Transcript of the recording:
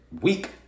week